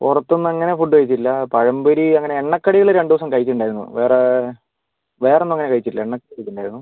പുറത്തുനിന്ന് അങ്ങനെ ഫുഡ് കഴിച്ചിട്ടില്ല പഴംപൊരി അങ്ങനെ എണ്ണ കടികൾ രണ്ട് ദിവസം കഴിച്ചിട്ടുണ്ടായിരുന്നു വേറെ വേറെ ഒന്നും അങ്ങനെ കഴിച്ചിട്ടില്ല എണ്ണക്കടി കഴിച്ചിട്ടുണ്ടായിരുന്നു